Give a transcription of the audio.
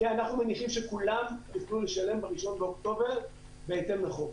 כן אנחנו מניחים שכולן יוכל לשלם בראשון באוקטובר בהתאם לחוק.